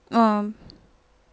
ah